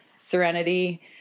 Serenity